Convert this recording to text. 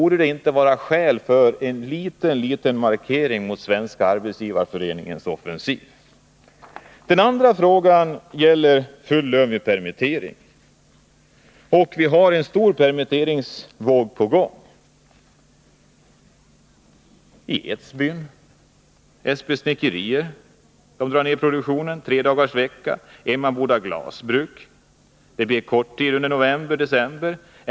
Finns det inte skäl för en liten markering mot Svenska arbetsgivareföreningens offensiv? Jag vill också ta upp frågan om full lön vid permittering. En stor permitteringsvåg är på väg. Edsbyns Snickerier drar ned produktionen till tredagarsvecka. Vid Emmaboda glasbruk blir det korttidsvecka under november och december.